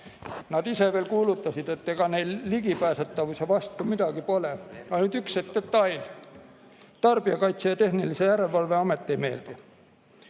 Nad ise veel kuulutasid, et ega neil ligipääsetavuse vastu midagi pole. Ainult üks detail, Tarbijakaitse ja Tehnilise Järelevalve Amet ei meeldi.